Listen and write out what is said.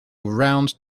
round